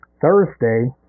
Thursday